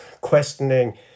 questioning